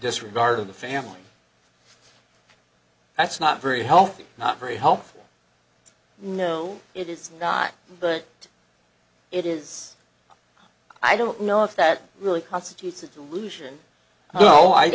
disregard of the family that's not very healthy not very helpful no it is not but it is i don't know if that really constitutes a delusion oh i